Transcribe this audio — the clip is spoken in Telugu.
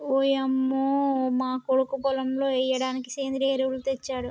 ఓయంమో మా కొడుకు పొలంలో ఎయ్యిడానికి సెంద్రియ ఎరువులు తెచ్చాడు